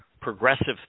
progressive